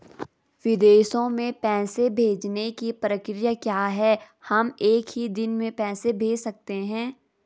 विदेशों में पैसे भेजने की प्रक्रिया क्या है हम एक ही दिन में पैसे भेज सकते हैं?